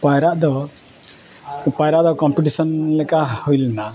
ᱯᱟᱭᱨᱟᱜ ᱫᱚ ᱯᱟᱭᱨᱟᱜ ᱫᱚ ᱠᱚᱢᱯᱤᱴᱤᱥᱚᱱ ᱞᱮᱠᱟ ᱦᱩᱭ ᱞᱮᱱᱟ